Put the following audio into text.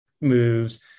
moves